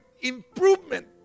improvement